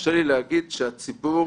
יורשה לי להגיד שהציבור